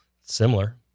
Similar